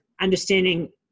understanding